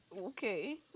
Okay